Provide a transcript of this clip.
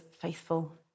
faithful